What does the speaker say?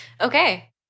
Okay